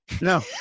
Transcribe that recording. no